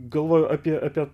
galvoju apie apie